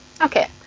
Okay